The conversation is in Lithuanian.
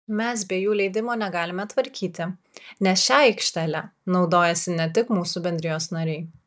mes be jų leidimo negalime tvarkyti nes šia aikštele naudojasi ne tik mūsų bendrijos nariai